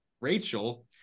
Rachel